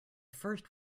first